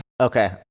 Okay